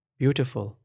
beautiful।